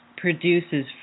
produces